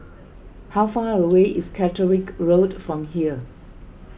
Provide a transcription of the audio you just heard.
how far away is Catterick Road from here